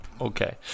okay